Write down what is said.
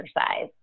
exercise